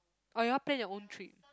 oh you all plan your own trip